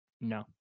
No